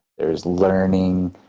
there's learning,